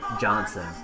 Johnson